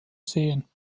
sehen